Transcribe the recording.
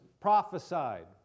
prophesied